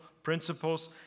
principles